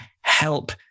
help